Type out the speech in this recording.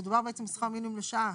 מדובר בעצם בשכר מינימום לשעה.